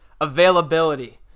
Availability